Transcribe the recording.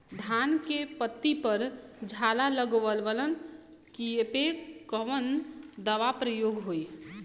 धान के पत्ती पर झाला लगववलन कियेपे कवन दवा प्रयोग होई?